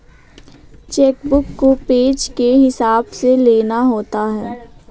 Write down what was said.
check book को page के हिसाब से लेना होता है